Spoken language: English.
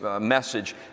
message